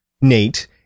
Nate